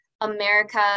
America